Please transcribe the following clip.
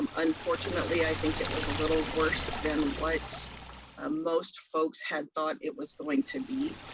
um unfortunately, i think it was a little worse than what most folks had thought it was going to be.